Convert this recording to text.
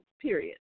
period